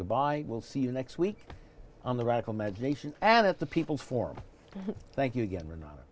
goodbye will see you next week on the radical magination and that the people for thank you again are not